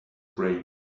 great